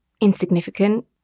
insignificant